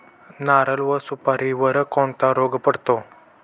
नारळ व सुपारीवर कोणता रोग पडतो?